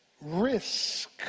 risk